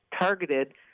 targeted